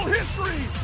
history